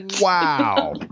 wow